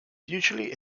usually